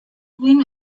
wind